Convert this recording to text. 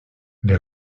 les